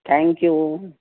thank you